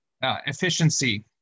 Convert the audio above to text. efficiency